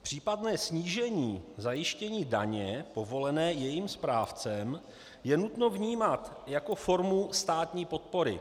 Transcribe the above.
Případné snížení zajištění daně povolené jejím správcem je nutno vnímat jako formu státní podpory.